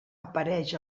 apareix